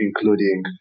including